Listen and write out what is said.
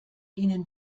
ihnen